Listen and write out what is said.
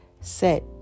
set